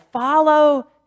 follow